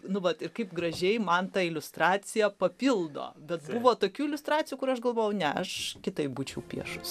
nu vat ir kaip gražiai man ta iliustracija papildo bet buvo tokių iliustracijų kur aš galvojau ne aš kitaip būčiau piešus